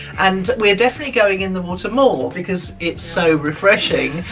and we're definitely going in the water more, because it's so refreshing,